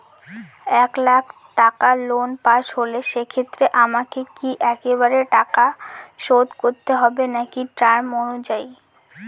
এক লাখ টাকা loan pass হল সেক্ষেত্রে আমাকে কি একবারে টাকা শোধ করতে হবে নাকি টার্ম অনুযায়ী?